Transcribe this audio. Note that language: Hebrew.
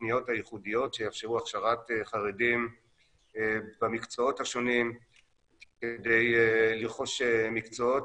התכניות הייחודיות שיאפשרו הכשרת חרדים במקצועות השונים כדי לרכוש מקצועות